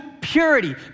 purity